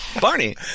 Barney